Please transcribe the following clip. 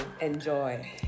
Enjoy